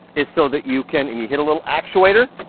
is so that you can. and you hit a little actuator.